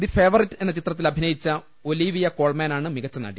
the favourite എന്ന ചിത്രത്തിൽ അഭിനയിച്ച ഒലിവിയ കോൾമാനാണ് മികച്ച നടി